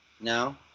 No